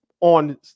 on